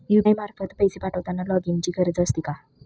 UPI मार्फत पैसे पाठवताना लॉगइनची गरज असते का?